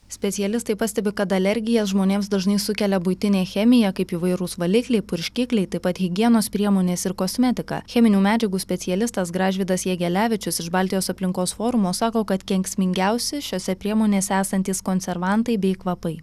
specialistai pastebi kad alergiją žmonėms dažnai sukelia buitinė chemija kaip įvairūs valikliai purškikliai taip pat higienos priemonės ir kosmetika cheminių medžiagų specialistas gražvydas jegelevičius iš baltijos aplinkos forumo sako kad kenksmingiausi šiose priemonėse esantys konservantai bei kvapai